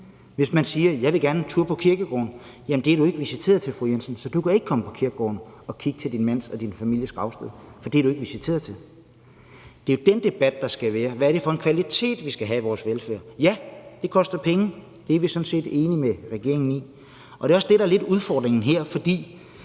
Hvis man siger, man gerne vil en tur på kirkegården, kan man få svaret: Jamen det er du ikke visiteret til, fru Jensen, så du kan ikke komme på kirkegården og kigge til din mands og din families gravsted; det er du ikke visiteret til. Det er den debat, der skal være. Hvad er det for en kvalitet, vi skal have i vores velfærd? Ja, det koster penge, og det er vi sådan set enige med regeringen i, og det er også det, der lidt er udfordringen her, når